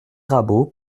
rabault